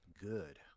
good